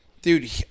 Dude